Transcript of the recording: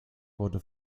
wurde